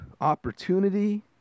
opportunity